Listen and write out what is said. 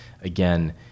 Again